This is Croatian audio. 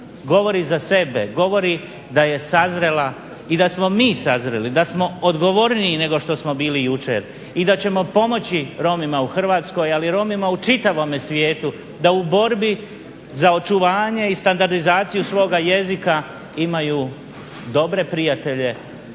govori za sebe, govori da je sazrela i da smo mi sazreli, da smo odgovorniji nego što smo bili jučer i da ćemo pomoći Romima u Hrvatskoj ali i Romima u čitavome svijetu da u borbi za očuvanje i standardizaciju svoga jezika imaju dobre prijatelje